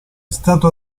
stato